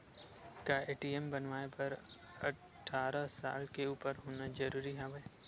का ए.टी.एम बनवाय बर अट्ठारह साल के उपर होना जरूरी हवय?